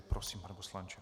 Prosím, pane poslanče.